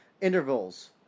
intervals